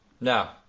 Now